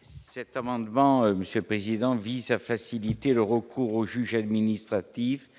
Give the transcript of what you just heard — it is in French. Cet amendement, monsieur le président, vise à faciliter le recours au juge administratif,